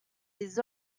des